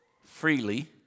freely